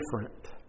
different